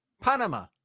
Panama